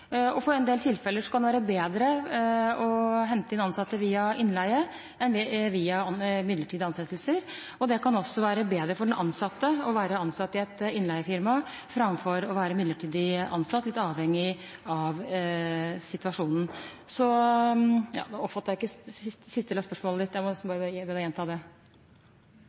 ansatte via innleie enn via midlertidig ansettelse, og det kan også være bedre for den ansatte å være ansatt i et innleiefirma framfor å være midlertidig ansatt, litt avhengig av situasjonen. Så oppfattet jeg ikke den siste delen av spørsmålet ditt. Jeg må be deg gjenta det. Får jeg lov? Ja, du får lov til det,